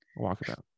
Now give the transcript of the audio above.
Walkabout